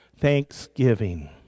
thanksgiving